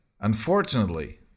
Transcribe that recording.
Unfortunately